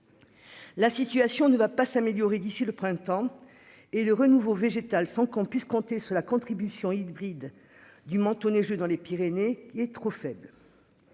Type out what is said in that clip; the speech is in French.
La situation ne va pas s'améliorer d'ici le printemps et le renouveau végétale sans qu'on puisse compter sur la contribution Ingrid du manteau neigeux dans les Pyrénées qui est trop faible.